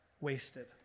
wasted